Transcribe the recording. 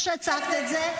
איך שהצגת את זה.